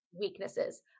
weaknesses